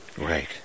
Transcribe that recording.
right